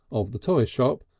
of the toy shop,